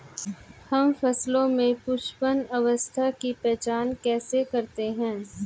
हम फसलों में पुष्पन अवस्था की पहचान कैसे करते हैं?